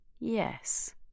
Yes